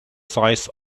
size